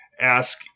ask